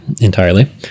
entirely